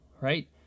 right